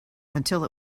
until